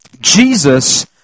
Jesus